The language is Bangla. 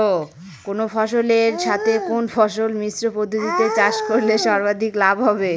কোন ফসলের সাথে কোন ফসল মিশ্র পদ্ধতিতে চাষ করলে সর্বাধিক লাভ হবে?